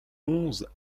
onze